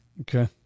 okay